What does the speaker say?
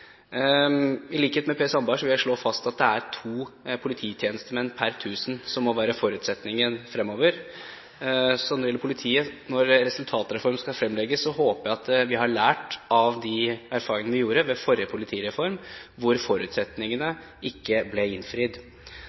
I likhet med Per Sandberg vil jeg slå fast at det er to polititjenestemenn per tusen som må være forutsetningen fremover. Så når resultatreformen skal fremlegges, håper jeg at vi har lært av de erfaringene vi gjorde ved forrige politireform hvor forutsetningene ikke ble innfridd.